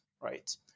Right